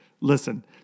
Listen